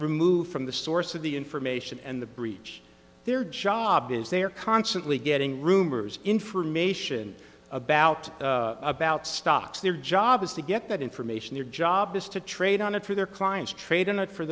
removed from the source of the information and the breach their job is they are constantly getting rumors information about about stocks their job is to get that information their job is to trade on it for their clients trade in it for